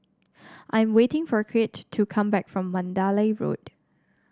I am waiting for Crete to come back from Mandalay Road